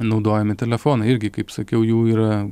naudojami telefonai irgi kaip sakiau jų yra